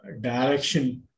Direction